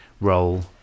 roll